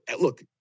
look